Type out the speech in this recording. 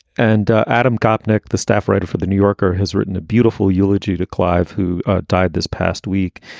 and ah adam gopnik, the staff writer for the new yorker, has written a beautiful eulogy to clive, who died this past week.